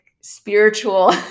spiritual